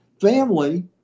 family